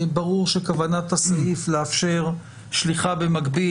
ברור שכוונת הסעיף לאפשר שליחה במקביל